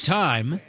time